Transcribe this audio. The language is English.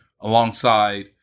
Alongside